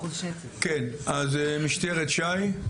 כן, אז משטרת ש"י.